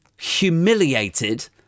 humiliated